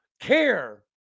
care